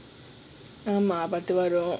ஆமா பத்து வாரம்:aama patthu waaram